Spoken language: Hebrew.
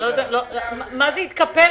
מה זה יתקפל?